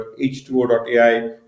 h2o.ai